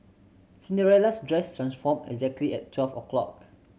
Cinderella's dress transformed exactly at twelve o' clock